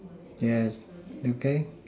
yes okay